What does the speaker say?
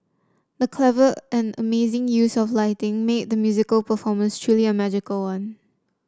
the clever and amazing use of lighting made the musical performance truly a magical one